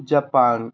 Japan